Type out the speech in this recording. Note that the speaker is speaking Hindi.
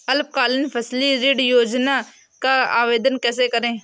अल्पकालीन फसली ऋण योजना का आवेदन कैसे करें?